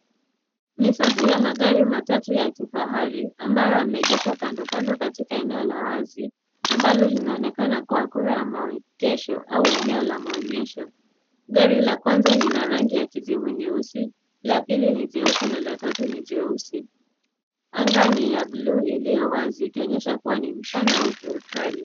Ni safu ya magari matatu ya kifahari, ambayo yameegeshwa kando kando katika eneo la wazi, ambalo linaonekana kuwa kura ya maegesho au eneo la maonyesho. Gari la kwanza ni la rangi ya kijivu nyeusi, la pili ni jeupe na la tatu ni jeusi. Anga ni ya bluu iliyo wazi ikionyesha kuwa ni mchana au jua kali.